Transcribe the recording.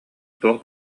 туох